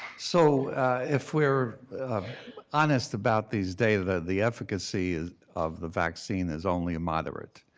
so if we're honest about these data, the efficacy of the vaccine is only moderate.